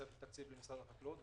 תוספת תקציב למשרד החקלאות,